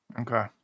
Okay